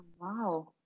Wow